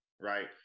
right